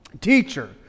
Teacher